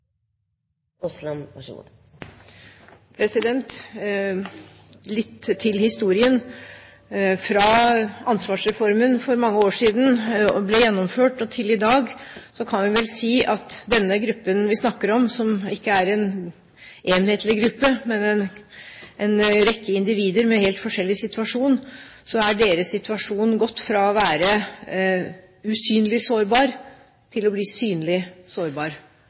Litt til historien: Fra ansvarsreformen ble gjennomført for mange år siden, og til i dag kan vi vel si at for den gruppen vi snakker om – som ikke er en enhetlig gruppe, men en rekke individer med helt forskjellige situasjoner – er situasjonen gått fra å være usynlig sårbar til å bli synlig sårbar,